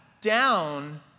down